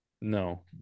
No